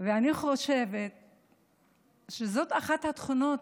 ואני חושבת שזאת אחת התכונות